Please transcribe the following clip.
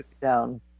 down